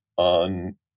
On